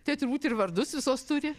tai turbūt ir vardus visos turi